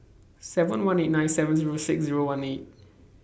seven one eight nine seven Zero six Zero one eight